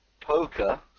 poker